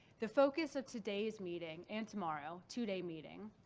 the focus of today's meeting and tomorrow, two day meeting,